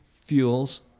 fuels